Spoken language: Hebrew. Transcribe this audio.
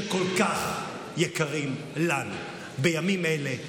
שכל כך יקרים לנו, בימים אלה,